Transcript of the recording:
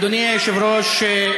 אדוני היושב-ראש,